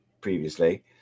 previously